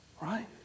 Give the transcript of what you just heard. Right